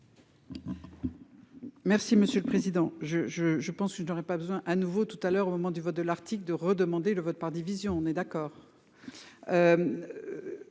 monsieur le président je je je pense je n'aurai pas besoin à nouveau tout à l'heure au moment du vote de l'article de redemander le vote par divisions. On est d'accord.